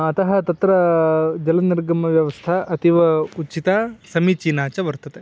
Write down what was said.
अतः तत्र जलनिर्गमव्यवस्था अतीव उचिता समीचीना च वर्तते